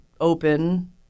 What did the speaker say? open